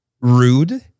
rude